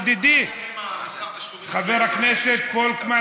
ידידי חבר הכנסת פולקמן,